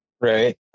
Right